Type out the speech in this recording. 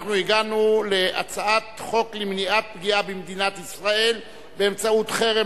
הגענו להצעת חוק למניעת פגיעה במדינת ישראל באמצעות חרם,